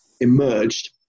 emerged